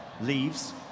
leaves